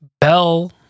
Bell